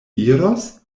iros